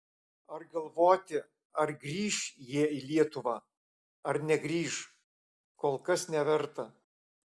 o galvoti ar grįš jie į lietuvą ar negrįš kol kas neverta